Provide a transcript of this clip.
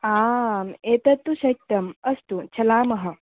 आम् एतत् तु सत्यम् अस्तु चलामः